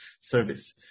service